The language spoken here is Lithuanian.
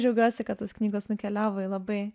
džiaugiuosi kad tos knygos nukeliavo į labai